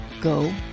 go